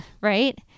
right